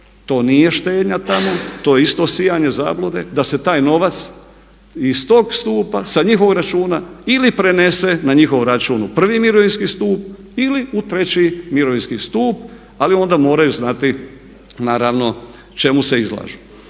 to nije štednja tamo, to je isto sijanje zablude da se taj novac iz tog stupa sa njihovog računa ili prenese na njihov račun u prvi mirovinski stup ili u treći mirovinski stup ali onda moraju znati naravno čemu se izlažu.